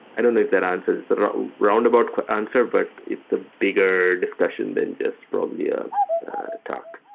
i don't know that answers roundabout answer, but it's a bigger discussion than just probably a talk.